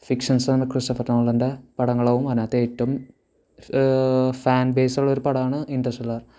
fictions ആവുമ്പോൾ Christopher നോളൻ്റെ പടങ്ങളാവും അതിനകത്ത് ഏറ്റോം ഫ് ഫാൻ ബേസൊള്ളൊരു പടമാണ് ഇൻറ്റർസ്റ്റെല്ലാർ